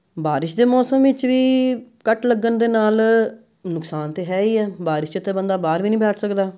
ਬਾਰਿਸ਼ ਦੇ ਮੌਸਮ ਵਿੱਚ ਵੀ ਕੱਟ ਲੱਗਣ ਦੇ ਨਾਲ ਨੁਕਸਾਨ ਤਾਂ ਹੈ ਹੀ ਹੈ ਬਾਰਿਸ਼ 'ਚ ਤਾਂ ਬੰਦਾ ਬਾਹਰ ਵੀ ਨਹੀਂ ਬੈਠ ਸਕਦਾ